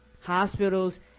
hospitals